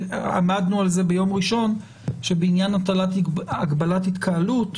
עמדנו על זה ביום ראשון שבעניין הטלת הגבלת התקהלות